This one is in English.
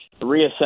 reassess